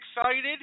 excited